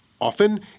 often